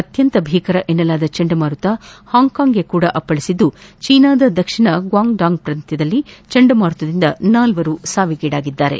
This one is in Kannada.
ಅತ್ಯಂತ ಭೀಕರ ಎನ್ನಲಾದ ಚಂಡಮಾರುತ ಹಾಂಕಾಂಗ್ಗೆ ಸಹ ಅಪ್ಪಳಿಸಿದ್ದು ಚೈನಾದ ದಕ್ಷಿಣದ ಗ್ವಾಂಗ್ಡಾಂಗ್ ಪ್ರಾಂತ್ಯದಲ್ಲಿ ಚಂಡಮಾರುತದಿಂದ ನಾಲ್ವರು ಸಾವಿಗೀಡಾಗಿದ್ದಾರೆ